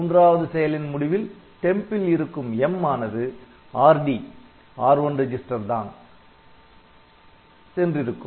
மூன்றாவது செயலின் முடிவில் temp ல் இருக்கும் 'M' ஆனது Rd R1 ரிஜிஸ்டர்தான் ரெஜிஸ்டருக்கு சென்றிருக்கும்